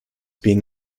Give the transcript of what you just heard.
being